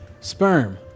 sperm